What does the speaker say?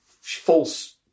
false